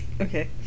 okay